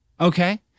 okay